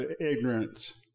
ignorance